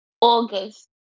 August